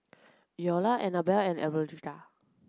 Iola Anabella and Elberta